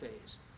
phase